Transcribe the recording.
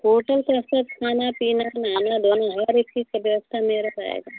hotel का सब खाना पीना नहाना धोना हर एक चीज़ की व्यवस्था मेरे पर आएगा